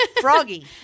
froggy